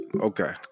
Okay